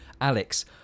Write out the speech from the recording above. Alex